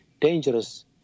dangerous